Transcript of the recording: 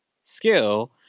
skill